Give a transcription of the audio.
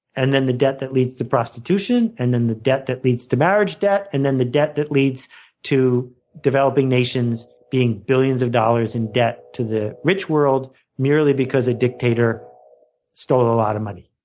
and then the debt that leads to prostitution, and then the debt that leads to marriage debt, and then the debt that leads to developing nations being billions of dollars in debt to the rich world merely because a dictator stole a lot of money.